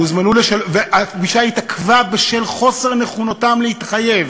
הפגישה התעכבה בשל חוסר נכונותם להתחייב,